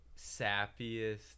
sappiest